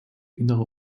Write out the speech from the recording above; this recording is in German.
innere